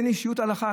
אין אישיות הלכה,